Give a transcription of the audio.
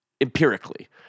empirically